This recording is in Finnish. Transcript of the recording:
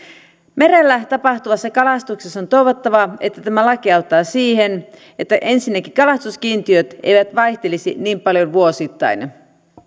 merellä tapahtuvassa kalastuksessa on toivottavaa että tämä laki auttaa siihen että ensinnäkin kalastuskiintiöt eivät vaihtelisi niin paljon vuosittain